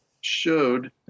showed